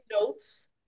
notes